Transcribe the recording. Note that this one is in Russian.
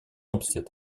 обсудить